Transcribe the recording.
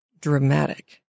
dramatic